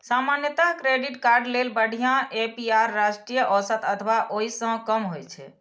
सामान्यतः credit card लेल बढ़िया ए.पी.आर राष्ट्रीय औसत अथवा ओइ सं कम होइ छै